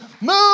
move